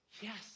yes